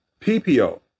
PPO